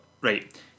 right